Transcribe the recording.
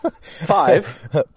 Five